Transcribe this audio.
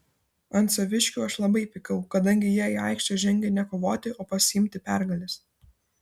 ant saviškių aš labai pykau kadangi jie į aikštę žengė ne kovoti o pasiimti pergalės